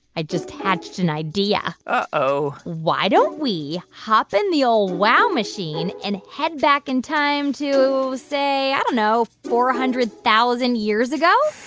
i just hatched an idea uh-oh why don't we hop in the old wow machine and head back in time to, say i don't know four hundred thousand years ago?